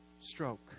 stroke